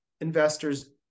investors